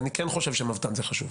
אני כן חושב שמבת"ן זה חשוב.